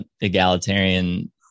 egalitarian